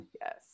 Yes